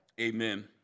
amen